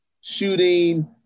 shooting